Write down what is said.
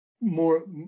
More